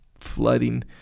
flooding